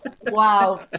Wow